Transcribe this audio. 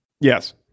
Yes